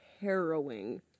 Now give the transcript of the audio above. harrowing